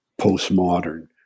postmodern